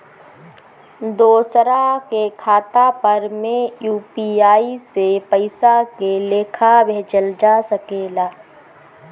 दोसरा के खाता पर में यू.पी.आई से पइसा के लेखाँ भेजल जा सके ला?